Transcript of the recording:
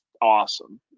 awesome